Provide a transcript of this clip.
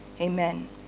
Amen